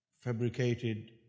fabricated